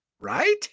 right